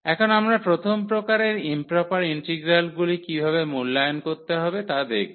এখন আমরা প্রথম প্রকারের ইম্প্রপার ইন্টিগ্রালগুলি কীভাবে মূল্যায়ন করতে হবে তা দেখব